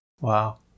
Wow